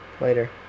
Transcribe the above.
Later